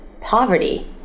poverty